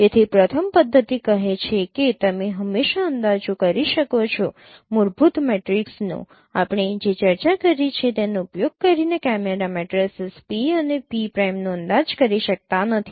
તેથી પ્રથમ પદ્ધતિ કહે છે કે તમે હંમેશાં અંદાજો કરી શકો છો મૂળભૂત મેટ્રિક્સ નો આપણે જે ચર્ચા કરી છે તેનો ઉપયોગ કરીને કેમેરા મેટ્રિસિસ P અને P પ્રાઇમનો અંદાજ કરી શકતા નથી